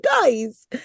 guys